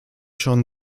schon